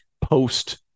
post